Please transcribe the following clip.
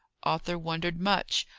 arthur wondered much.